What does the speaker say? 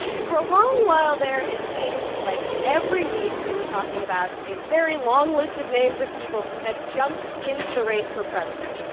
for a long while there, it seemed like, every week, we were talking about a very long list of names of people who had jumped into the race for president.